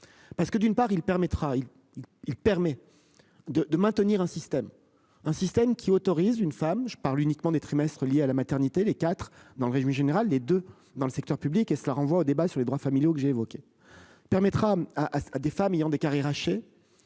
Parce que d'une part il permettra. Il permet. De de maintenir un système, un système qui autorise une femme je parle uniquement des trimestres liées à la maternité. Les 4 dans le régime général, les deux dans le secteur public et cela renvoie au débat sur les droits familiaux que j'évoquais permettra à des femmes ayant des carrières hachées.